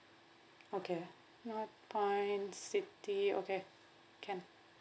okay northpoint city okay can